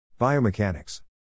biomechanics